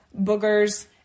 boogers